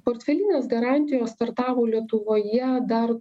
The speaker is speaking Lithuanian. portfelinės garantijos startavo lietuvoje dar